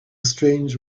strange